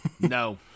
No